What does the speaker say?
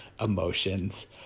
emotions